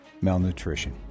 malnutrition